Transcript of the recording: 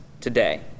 today